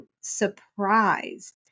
surprised